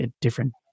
different